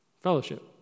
Fellowship